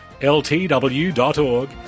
ltw.org